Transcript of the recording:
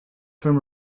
term